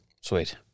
Sweet